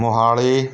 Mohali